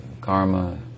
karma